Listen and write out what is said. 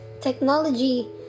technology